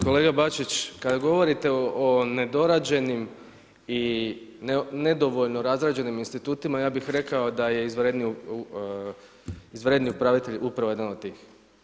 Kolega Bačić, kad govorite o nedorađenim i nedovoljno razrađenim institutima, ja bih rekao da je izvanredni upravitelj upravo jedan od tih.